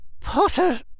Potter